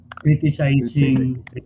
criticizing